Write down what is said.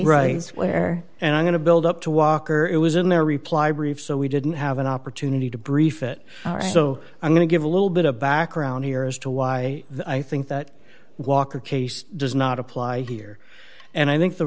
right square and i'm going to build up to walker it was in their reply brief so we didn't have an opportunity to brief it so i'm going to give a little bit of background here as to why i think that walker case does not apply here and i think the